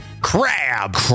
Crab